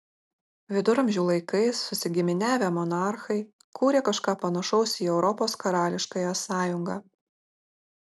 viduramžių laikais susigiminiavę monarchai kūrė kažką panašaus į europos karališkąją sąjungą